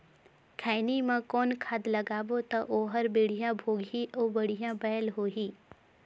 खैनी मा कौन खाद लगाबो ता ओहार बेडिया भोगही अउ बढ़िया बैल होही?